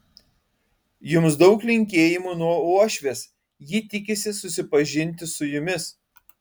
jums daug linkėjimų nuo uošvės ji tikisi susipažinti su jumis